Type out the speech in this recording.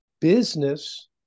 business